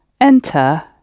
enter